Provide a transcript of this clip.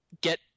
get